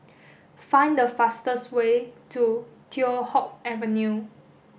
find the fastest way to Teow Hock Avenue